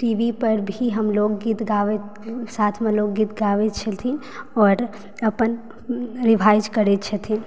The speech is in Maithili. टीवी पर भी हम लोकगीत गाबैत साथमे लोकगीत गाबैत छथिन आओर अपन रिभाइज करैत छथिन